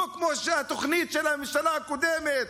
לא כמו התוכנית של הממשלה הקודמת,